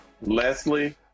Leslie